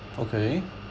okay